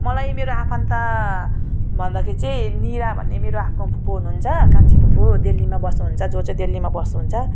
मलाई मेरो आफन्त भन्दाखेरि चाहिँ निरा भन्ने मेरो आफ्नो फुपू हुनु हुन्छ कान्छी फुपू देल्लीमा बस्नु हुन्छ जो चाहिँ देल्लीमा बस्नु हुन्छ